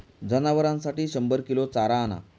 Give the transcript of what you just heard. जनावरांसाठी शंभर किलो चारा आणा